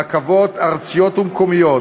רכבות ארציות ומקומיות